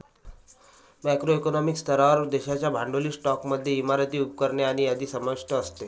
macro economic स्तरावर, देशाच्या भांडवली स्टॉकमध्ये इमारती, उपकरणे आणि यादी समाविष्ट असते